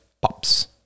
pops